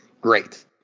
great